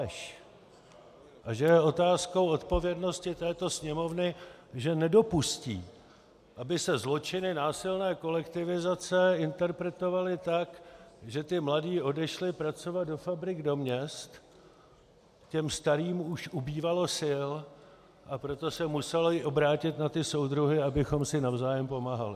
A že je otázkou odpovědnosti této Sněmovny, že nedopustí, aby se zločiny násilné kolektivizace interpretovaly tak, že mladí odešli pracovat do fabrik do měst, těm starým už ubývalo sil, a proto se museli obrátit na ty soudruhy, abychom si navzájem pomáhali.